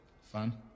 fun